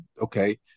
okay